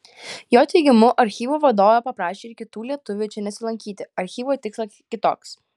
jo teigimu archyvo vadovė paprašė ir kitų lietuvių čia nesilankyti archyvo tikslas kitoks